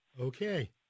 okay